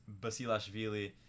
Basilashvili